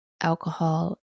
alcohol